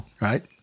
right